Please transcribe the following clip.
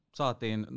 saatiin